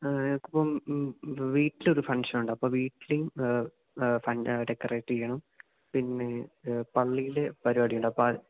ഇപ്പം മ് മ് വീട്ടിലൊരു ഫങ്ക്ഷൻ ഉണ്ട് അപ്പം അപ്പോള് വീട്ടിലും ഡെക്കറേറ്റ് ചെയ്യണം പിന്നെ പള്ളിയിലും പരിപാടിയുണ്ട് അപ്പോള് അത്